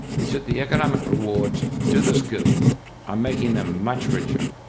it's that the economic rewards to the skilled are making them much richer.